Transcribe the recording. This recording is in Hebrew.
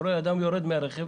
יורד אדם מן הרכב